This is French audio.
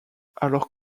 alors